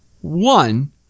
One